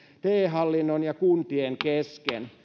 te hallinnon ja kuntien kesken